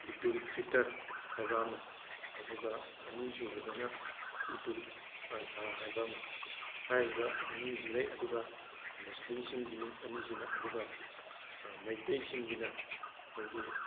ꯏꯗꯨꯜ ꯐꯤꯇꯔ ꯍꯥꯏꯕ ꯑꯃ ꯑꯗꯨꯒ ꯑꯅꯤꯁꯨꯕꯗꯅ ꯏꯗꯨꯜ ꯑꯖꯥ ꯍꯥꯏꯕ ꯑꯃ ꯍꯥꯏꯔꯤꯕ ꯑꯅꯤꯁꯤ ꯂꯩ ꯑꯗꯨꯒ ꯃꯨꯁꯂꯤꯝꯁꯤꯡꯒꯤꯅꯤ ꯑꯅꯤꯁꯤꯅ ꯑꯗꯨꯒ ꯃꯩꯇꯩꯁꯤꯡꯒꯤꯅ ꯑꯩꯈꯣꯏꯒꯤ